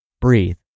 Breathe